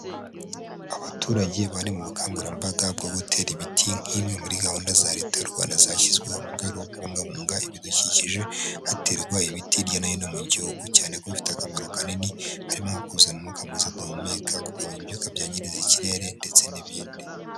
Abaturage bari mu bukangurambaga bwo gutera ibiti nk'imwe muri gahunda za Leta y'u Rwanda zashyizweho, mu rwego rwo kubungabunga ibidukikije haterwa ibiti hirya no hino mu gihugu, cyane kuko bifite akamaro kanini harimo kuzana umwuka mwiza duhumeka, kugabanya ibyuka byangiza ikirere ndetse n'ibindi.